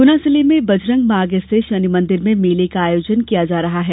गुना जिले में बजरंग मार्ग स्थित शनि मंदिर में मेले का आयोजन किया जा रहा है